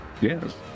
yes